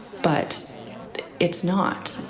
but it's not.